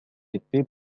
été